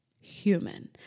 human